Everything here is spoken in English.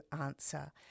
answer